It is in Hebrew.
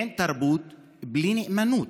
אין תרבות בלי נאמנות.